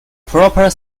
proper